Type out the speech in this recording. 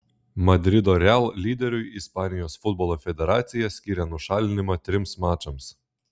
madrido real lyderiui ispanijos futbolo federacija skyrė nušalinimą trims mačams